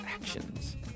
actions